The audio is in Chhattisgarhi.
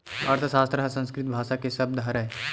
अर्थसास्त्र ह संस्कृत भासा के सब्द हरय